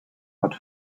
but